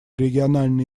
региональные